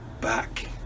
back